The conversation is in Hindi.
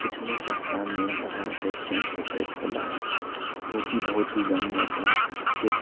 पिछले सप्ताह में बाजार से एक शैंपू खरीद के लाया जो की बहुत ही गंदा था उसके